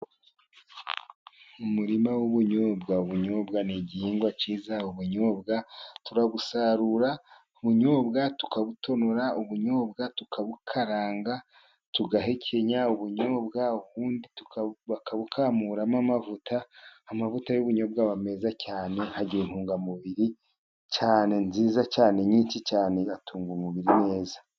Umurima w'ubunyobwa, ubunyobwa ni igihingwa cyiza, ubunyobwa turabusarura ubunyobwa tukabutonora, ubunyobwa tukabukaranga tugahekenya, ubunyobwa ubundi bakabukamuramo amavuta, amavuta y'ubunyobwa meza cyane agira intungamubiri cyane nziza cyane nyinshi cyane, atunga umubiri neza.